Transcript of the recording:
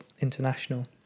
international